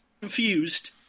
confused